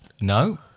No